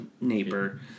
neighbor